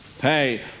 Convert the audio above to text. Hey